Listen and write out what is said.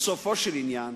בסופו של עניין